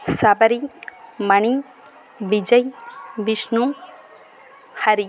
Sabari Mani Vijay Vishnu Hari